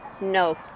No